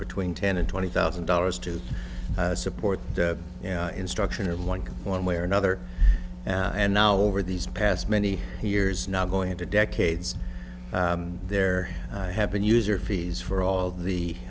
between ten and twenty thousand dollars to support instruction of one one way or another and now over these past many years now going into decades there have been user fees for all the